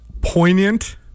Poignant